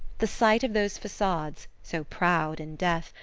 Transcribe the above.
the sight of those facades, so proud in death,